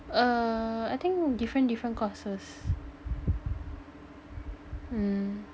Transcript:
err I think different different courses hmm